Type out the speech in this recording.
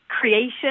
creation